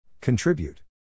Contribute